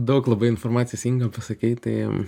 daug labai informacijos inga pasakei tai